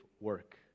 work